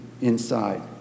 inside